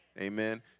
Amen